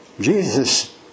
Jesus